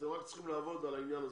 אתם רק צריכים לעבוד על העניין הזה,